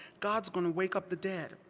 god's gonna wake up the dead.